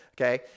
okay